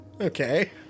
Okay